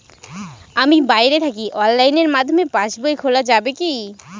আমি বাইরে থাকি অনলাইনের মাধ্যমে পাস বই খোলা যাবে কি?